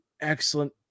excellent